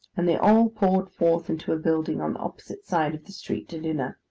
and they all poured forth into a building on the opposite side of the street to dinner.